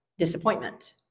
disappointment